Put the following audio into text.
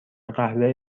قوه